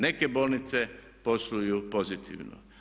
Neke bolnice posluju pozitivno.